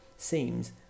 seems